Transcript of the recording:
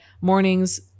mornings